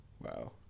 Wow